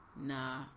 nah